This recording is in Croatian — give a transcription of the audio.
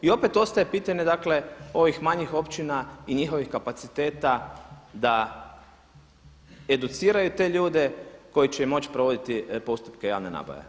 I opet ostaje pitanje, dakle, ovih manjih općina i njihovih kapaciteta da educiraju te ljude koji će moći provoditi postupke javne nabave.